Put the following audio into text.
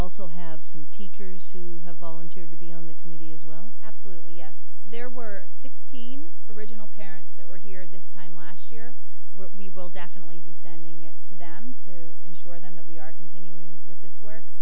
also have some teachers who have volunteered to be on the committee as well absolutely yes there were sixteen original parents that were here this time last year we will definitely be sending it to them to ensure that we are continuing with this work